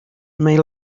may